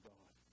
God